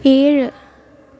ഏഴ്